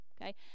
okay